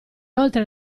oltre